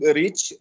reach